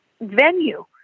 venue